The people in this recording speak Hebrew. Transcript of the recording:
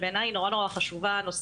שבעיניי היא נורא חשובה וזה בעניין הנושא